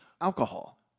Alcohol